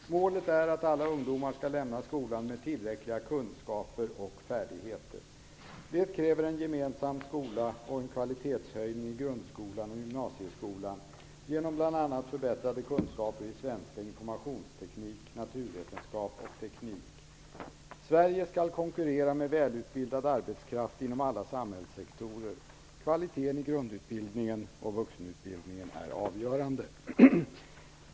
Målet är att alla ungdomar skall lämna skolan med tillräckliga kunskaper och färdigheter. Det kräver en gemensam skola och en kvalitetshöjning i grundskolan och gymnasieskolan genom bl.a. förbättrade kunskaper i svenska, informationsteknik, naturvetenskap och teknik." Vidare står det i regeringsförklaringen: "Sverige skall konkurrera med välutbildad arbetskraft inom alla samhällssektorer. Kvaliteten i grundutbildningen och vuxenutbildningen är avgörande."